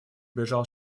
бежал